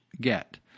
get